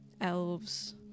elves